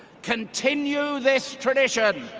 continue this tradition.